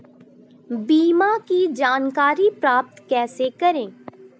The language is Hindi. बीमा की जानकारी प्राप्त कैसे करें?